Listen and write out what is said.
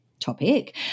topic